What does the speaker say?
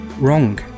Wrong